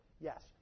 Yes